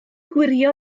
gwirio